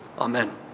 Amen